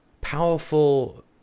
powerful